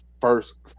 first